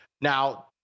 Now